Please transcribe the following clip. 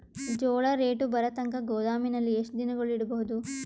ಜೋಳ ರೇಟು ಬರತಂಕ ಗೋದಾಮಿನಲ್ಲಿ ಎಷ್ಟು ದಿನಗಳು ಯಿಡಬಹುದು?